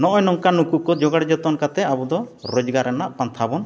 ᱱᱚᱜᱼᱚᱭ ᱱᱚᱝᱠᱟᱱ ᱱᱩᱠᱩᱠᱚ ᱡᱚᱜᱟᱲ ᱡᱚᱛᱚᱱ ᱠᱟᱛᱮ ᱟᱵᱚᱫᱚ ᱨᱚᱡᱽᱜᱟᱨ ᱨᱮᱱᱟᱜ ᱯᱟᱱᱛᱷᱟᱵᱚᱱ